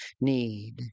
need